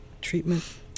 treatment